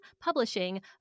publishing